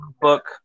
book